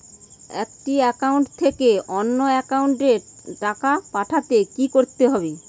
একটি একাউন্ট থেকে অন্য একাউন্টে টাকা পাঠাতে কি করতে হবে?